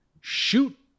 shoot